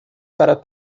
para